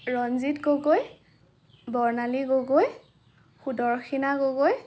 Ranjit Gogoi Barnali Gogoi Sudarshina Gogoi